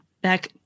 back